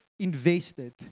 invested